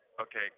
Okay